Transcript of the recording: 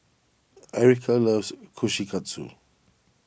Ericka loves Kushikatsu